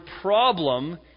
problem